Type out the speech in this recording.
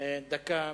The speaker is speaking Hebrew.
דקה מהצד,